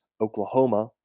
Oklahoma